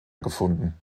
gefunden